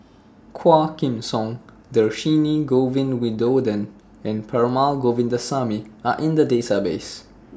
Quah Kim Song Dhershini Govin Winodan and Perumal Govindaswamy Are in The Database